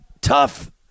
tough